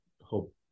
hope